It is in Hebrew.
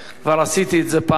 כבר עשיתי את זה פעם,